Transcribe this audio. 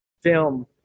film